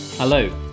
Hello